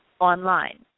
Online